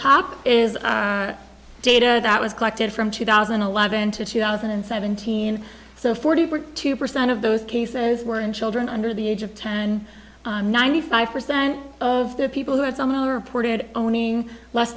is data that was collected from two thousand and eleven to two thousand and seventeen so forty two percent of those cases were in children under the age of ten ninety five percent of the people who had somehow reported owning less